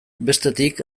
bestetik